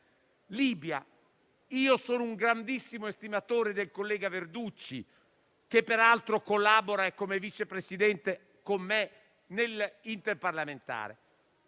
Libia, sono un grandissimo estimatore del collega Verducci, che peraltro collabora con me, come vice presidente, nell'Unione interparlamentare.